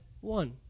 one